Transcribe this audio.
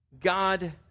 God